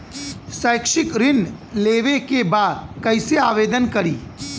शैक्षिक ऋण लेवे के बा कईसे आवेदन करी?